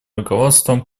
руководством